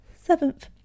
seventh